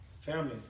family